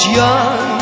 young